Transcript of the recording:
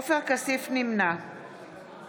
נמנע אופיר כץ, נגד חיים